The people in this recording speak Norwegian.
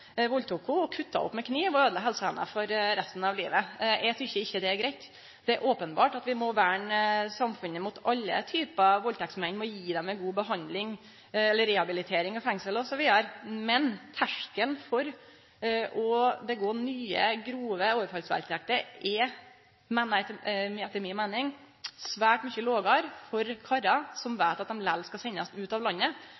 valdtok ho og kutta ho opp med kniv og øydela helsa hennar for resten av livet. Eg synest ikkje det er greitt. Det er openbert at vi må verne samfunnet mot alle typar valdtektsmenn og gje dei ei god behandling, eller rehabilitering i fengsel osv. Men terskelen for å gjere nye, grove overfallsvaldtekter er, etter mi meining, svært mykje lågare for menn som